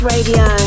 Radio